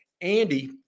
Andy